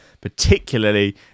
particularly